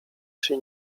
się